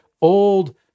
old